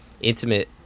intimate